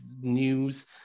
news